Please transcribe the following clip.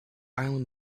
island